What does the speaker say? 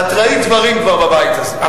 כבר ראית דברים בבית הזה,